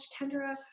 Kendra